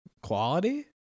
quality